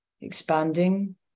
expanding